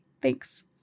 Thanks